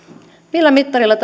millä mittarilla